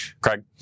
Craig